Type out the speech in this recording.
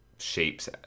shapes